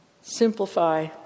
Simplify